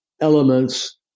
elements